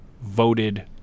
voted